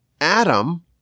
Adam